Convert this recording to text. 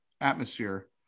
Atmosphere